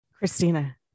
Christina